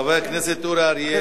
חבר הכנסת אורי אריאל.